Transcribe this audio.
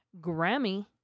Grammy